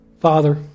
Father